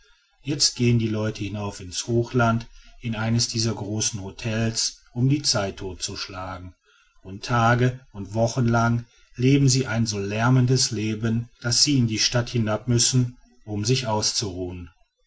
jetzt gehen die leute hinauf ins hochland in eines dieser großen hotels um die zeit totzuschlagen und tage und wochenlang leben sie ein so lärmendes leben daß sie in die stadt hinabmüssen um sich auszuruhen